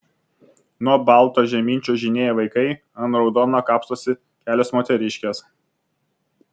nuo balto žemyn čiuožinėja vaikai ant raudono kapstosi kelios moteriškės